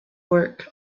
work